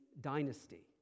dynasty